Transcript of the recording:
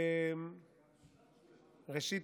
ראשית,